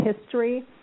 history